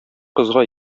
кызга